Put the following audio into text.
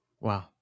Wow